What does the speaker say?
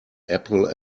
apple